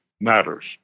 matters